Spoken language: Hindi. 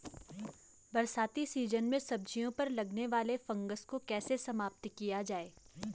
बरसाती सीजन में सब्जियों पर लगने वाले फंगस को कैसे समाप्त किया जाए?